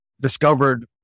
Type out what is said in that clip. discovered